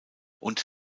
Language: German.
und